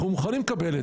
אנחנו מוכנים לקבל את זה.